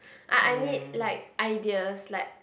I I need like ideas like